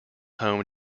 home